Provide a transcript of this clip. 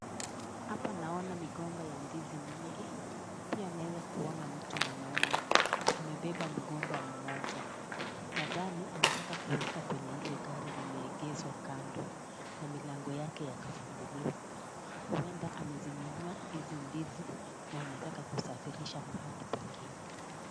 Hapa naona migomba ya ndizi mingi pia naeza kuona mtu mwanaume amebeba mgomba mmoja nadhani anataka kuiweka kwenye hilo gari limeegeshwa kando na milango yake yakafunguliwa , huenda amezinunua hizi ndizi na anataka kusafirisha mahali pengine.